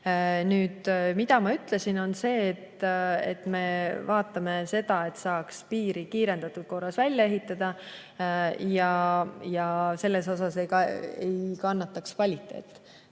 Nüüd, mida ma ütlesin, on see, et me vaatame seda, et saaks piiri kiirendatud korras välja ehitada ja selles osas ei tohi kannatada kvaliteet.